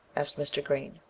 asked mr. green.